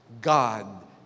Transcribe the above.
God